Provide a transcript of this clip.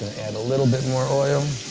and a little bit more oil.